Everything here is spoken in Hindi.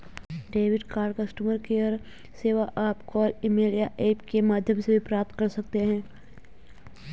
डेबिट कार्ड कस्टमर केयर सेवा आप कॉल ईमेल या ऐप के माध्यम से भी प्राप्त कर सकते हैं